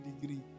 degree